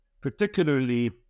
particularly